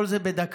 כל זה בדקה.